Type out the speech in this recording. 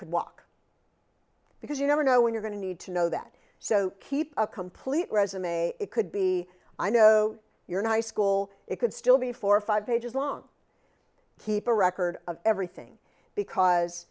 could walk because you never know when you're going to need to know that so keep a complete resume it could be i know you're nice cool it could still be four or five pages long keep a record of everything because